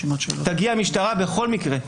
תגיע המשטרה בכל מקרה.